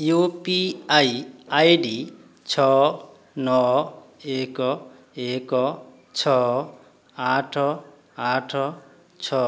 you P I I D ଛଅ ନଅ ଏକ ଏକ ଛଅ ଆଠ ଆଠ ଛଅ